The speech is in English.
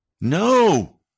No